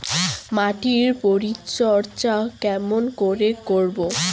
মাটির পরিচর্যা কেমন করে করব?